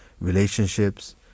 relationships